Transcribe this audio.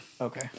Okay